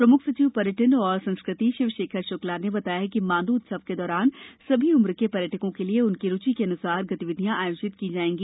प्रम्ख सचिव पर्यटन एवं संस्कृति शिवशेखर श्क्ला ने बताया कि माण्ड्र उत्सव के दौरान सभी उम्र के पर्यटकों के लिए उनकी रुचि अनुसार गतिविधियाँ आयोजित की जाएगी